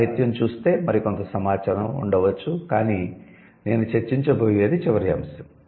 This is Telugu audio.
సాహిత్యo చూస్తే మరికొంత సమాచారం ఉండవచ్చు కానీ నేను చర్చించబోయేది చివరి అంశం